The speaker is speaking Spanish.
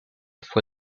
fue